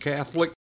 Catholic